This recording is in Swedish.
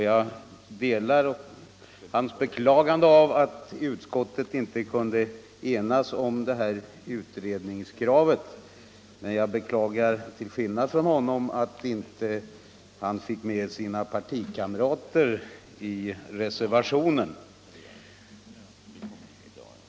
Jag delar i hans beklagande av att utskottet inte kunnat enas om utredningskravet, men till skillnad från honom beklagar jag också att han inte fick sina partikamrater med på reservationen.